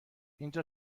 اینجا